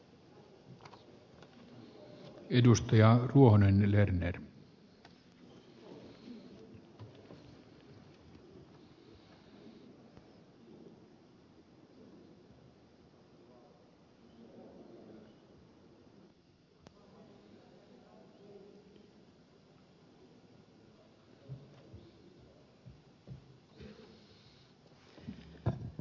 arvoisa puhemies